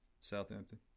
Southampton